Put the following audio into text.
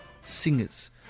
singers